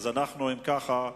אם כך,